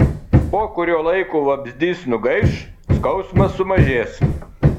po kurio laiko vabzdys nugaiš skausmas sumažės